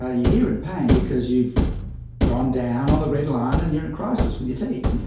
ah you hear in pain because you've gone down on the red line and you're in crisis with your teeth.